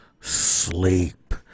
sleep